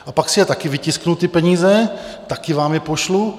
A pak si je taky vytisknu, ty peníze, taky vám je pošlu.